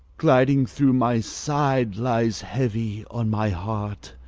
gliding through my side, lies heavy on my heart